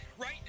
right